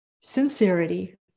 sincerity